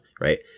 right